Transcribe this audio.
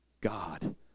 God